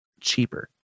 cheaper